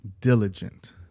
diligent